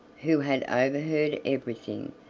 who had overheard everything,